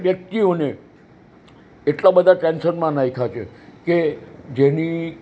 વ્યક્તિઓને એટલાં બધાં ટેન્શનમાં નાખ્યાં છે કે જેની